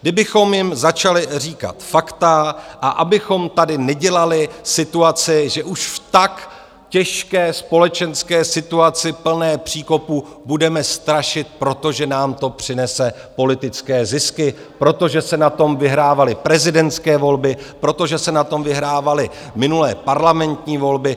Kdybychom jim začali říkat fakta a abychom tady nedělali situaci, že už v tak těžké společenské situaci, plné příkopů, budeme strašit, protože nám to přinese politické zisky, protože se na tom vyhrávaly prezidentské volby, protože se na tom vyhrávaly minulé parlamentní volby.